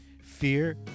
fear